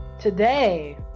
Today